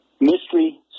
Mystery